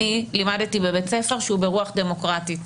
אני לימדתי בבית ספר שהוא ברוח דמוקרטית,